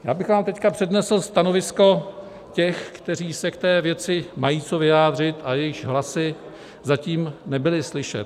Já bych vám teď přednesl stanovisko těch, kteří se k té věci mají co vyjádřit a jejichž hlasy zatím nebyly slyšet.